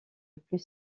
plus